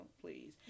please